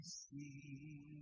see